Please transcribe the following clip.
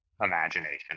imagination